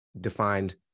defined